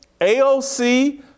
AOC